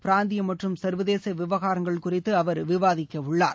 பிராந்திய மற்றும் சர்வதேச விவகாரங்கள் குறித்து அவர் விவாதிக்கவுள்ளார்